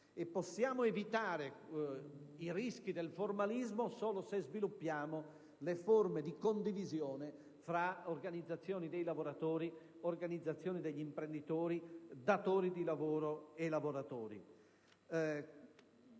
Possiamo evitare i rischi del formalismo solo se sviluppiamo le forme di condivisione fra organizzazioni dei lavoratori, degli imprenditori, datori di lavoro e lavoratori.